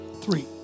three